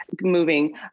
moving